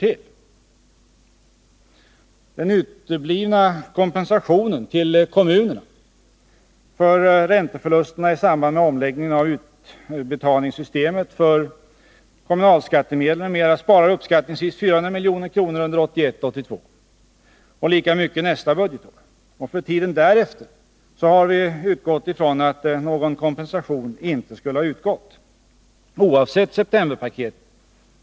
Genom den uteblivna kompensationen till kommunerna för ränteförlusterna i samband med omläggningen av utbetalningssystemet för kommunalskattemedel m.m. sparas uppskattningsvis 400 milj.kr. under 1981/82 och lika mycket nästa budgetår. För tiden därefter har vi utgått ifrån att någon kompensation inte skulle komma i fråga, oavsett septemberpaketet.